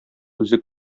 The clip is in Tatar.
үзе